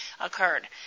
occurred